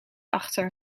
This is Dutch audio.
achter